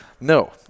no